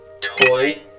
Toy